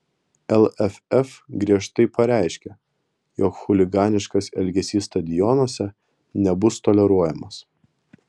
lff griežtai pareiškia jog chuliganiškas elgesys stadionuose nebus toleruojamas